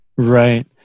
Right